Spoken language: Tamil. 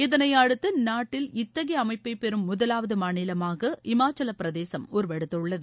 இதனை அடுத்து நாட்டில் இத்தகைய அமைப்பை பெறும் முதவாவது மாநிலமாக ஹிமாச்சலப்பிரதேசும் உருவெடுத்துள்ளது